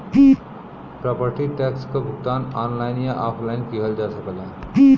property tax क भुगतान online या ऑफलाइन किहल जा सकला